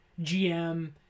GM